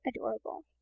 adorable